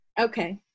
Okay